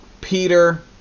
Peter